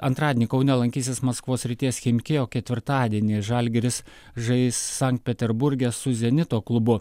antradienį kaune lankysis maskvos srities chimki o ketvirtadienį žalgiris žais sankt peterburge su zenito klubu